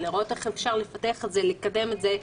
לראות איך אפשר לפתח ולקדם את זה.